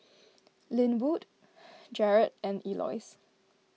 Linwood Jarad and Elois